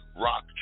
rock